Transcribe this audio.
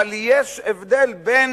אבל יש הבדל בין